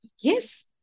Yes